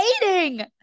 dating